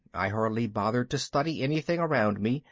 i hardly bothered to study anything around me,